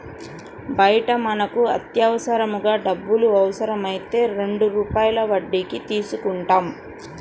బయట మనకు అత్యవసరంగా డబ్బులు అవసరమైతే రెండు రూపాయల వడ్డీకి తీసుకుంటాం